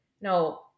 no